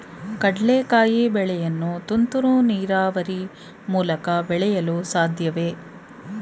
ಕಡ್ಲೆಕಾಯಿ ಬೆಳೆಯನ್ನು ತುಂತುರು ನೀರಾವರಿ ಮೂಲಕ ಬೆಳೆಯಲು ಸಾಧ್ಯವೇ?